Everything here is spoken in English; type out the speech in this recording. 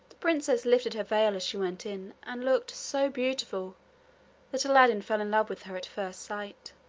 the princess lifted her veil as she went in, and looked so beautiful that aladdin fell in love with her at first sight.